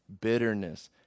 Bitterness